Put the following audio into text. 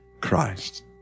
Christ